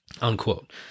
unquote